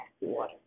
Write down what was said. water